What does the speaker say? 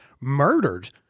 murdered